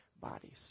bodies